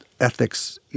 ethics